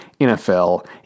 NFL